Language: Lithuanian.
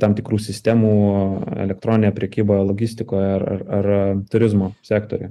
tam tikrų sistemų elektroninė prekyba logistikoje ar ar ar turizmo sektoriuj